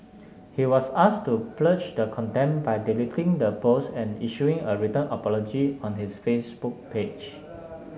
he was asked to purge the contempt by deleting the post and issuing a written apology on his Facebook page